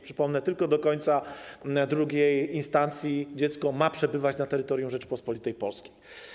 Przypomnę, że tylko do końca II instancji dziecko ma przebywać na terytorium Rzeczypospolitej Polskiej.